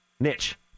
niche